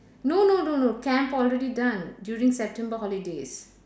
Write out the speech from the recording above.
no no no no camp already done during september holidays